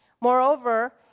Moreover